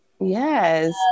Yes